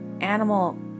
animal